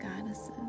goddesses